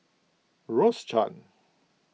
Rose Chan